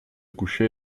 coucher